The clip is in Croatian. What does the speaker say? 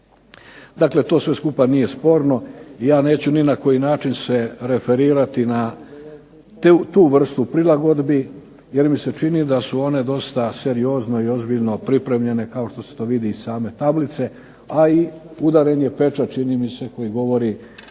Dakle, to sve skupa nije sporno i ja neću ni na koji način se referirati na tu vrstu prilagodbi jer mi se čini da su one dosta seriozno i ozbiljno pripremljene kao što se to vidi i iz same tablice, a i udaren je pečat čini mi se koji govori